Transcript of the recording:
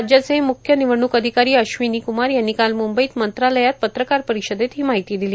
राज्याचे मुख्य निवडणुक अधिकारी अश्वनी कुमार यांनी काल मुंबईत मंत्रालयात पत्रकार परिषदेत ही माहिती दिली